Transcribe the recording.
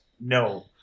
no